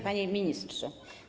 Panie Ministrze!